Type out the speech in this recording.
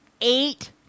eight